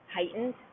heightened